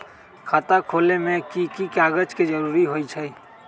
खाता खोले में कि की कागज के जरूरी होई छइ?